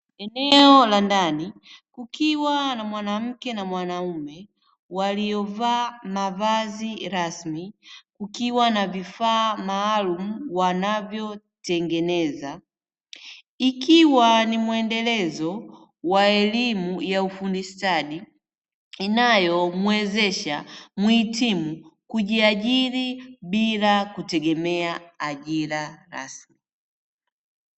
Eneo la ndani kukiwa na mwanamke na mwanaume waliovaa mavazi rasmi, kukiwa na vifaa maalumu wanavyo tengeneza ikiwa ni muendelezo wa elimu ya ufundi stadi inayomuwezesha muhitimu kujiajiri bila kutegemea ajira rasmi.